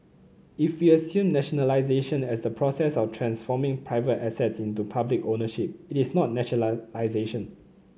if we assume nationalisation as the process of transforming private assets into public ownership it is not nationalisation